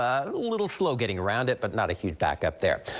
a little slow getting around it, but not a huge backup there.